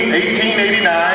1889